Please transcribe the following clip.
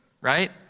right